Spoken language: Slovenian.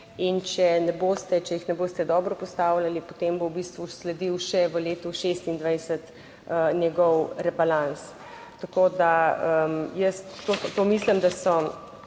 če jih ne boste dobro postavljali, potem bo v bistvu sledil še v letu 2026 njegov rebalans. Tako da jaz mislim, da so